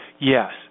Yes